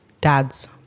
dad's